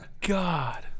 God